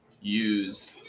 use